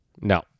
No